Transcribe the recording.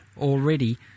already